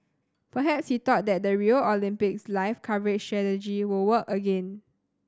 perhaps he thought that the Rio Olympics live coverage strategy will work again